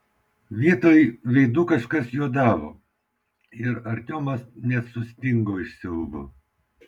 vietoj veidų kažkas juodavo ir artiomas net sustingo iš siaubo